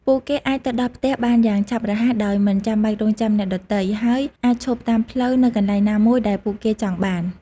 ពួកគេអាចទៅដល់ផ្ទះបានយ៉ាងឆាប់រហ័សដោយមិនចាំបាច់រង់ចាំអ្នកដទៃ ហើយអាចឈប់តាមផ្លូវនៅកន្លែងណាមួយដែលពួកគេចង់បាន។